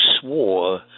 swore